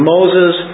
Moses